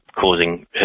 causing